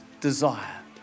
desire